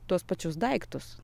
tuos pačius daiktus